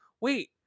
wait